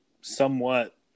somewhat